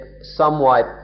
somewhat